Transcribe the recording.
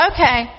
Okay